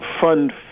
fund